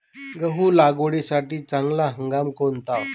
गहू लागवडीसाठी चांगला हंगाम कोणता?